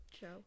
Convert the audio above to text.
Joe